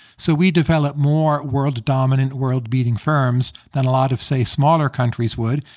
so we develop more world-dominant, world-beating firms than a lot of, say, smaller countries would,